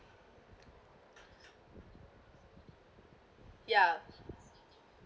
ya